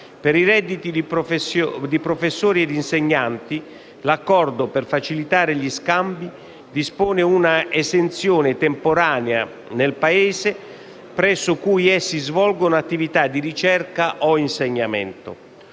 Per i redditi di professori ed insegnanti, l'accordo, per facilitare gli scambi, dispone un'esenzione temporanea nel Paese presso cui essi svolgono attività di ricerca o insegnamento.